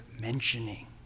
mentioning